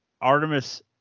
Artemis